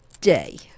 day